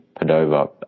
Padova